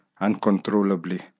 uncontrollably